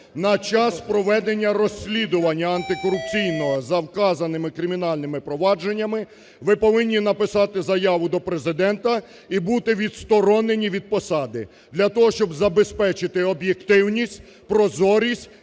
На час проведення розслідування антикорупційного за вказаними кримінальними провадженнями ви повинні написати заяву до Президента – і бути відсторонені від посади, для того щоб забезпечити об'єктивність, прозорість